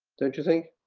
don't you think?